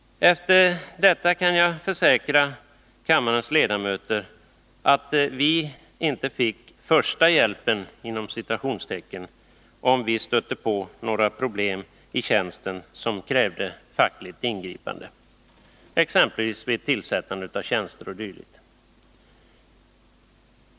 Efter detta kan jag försäkra kammarens ledamöter att vi inte fick ”första hjälpen”, om vi stötte på några problem i tjänsten som krävde fackligt ingripande, exempelvis vid tillsättande av tjänster o. d.